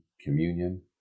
Communion